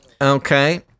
okay